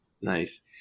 Nice